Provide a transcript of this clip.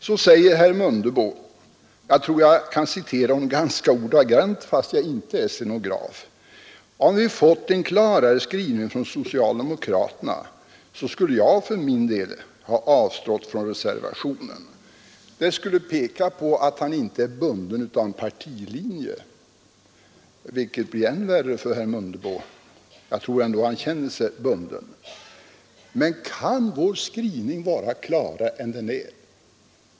Nu säger herr Mundebo — jag tror att jag kan citera honom ganska ordagrant fast jag inte är stenograf: ”Om vi fått en klarare skrivning från socialdemokraterna, skulle jag för min del ha avstått från att reservera mig.” Det skulle peka på att han inte är bunden av en partilinje, vilket i så fall gör saken än värre för herr Mundebo. Jag tror ändå att han känner sig bunden. Men kan vår skrivning vara klarare än den är?